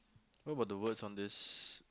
what about the words on this